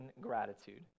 gratitude